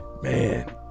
Man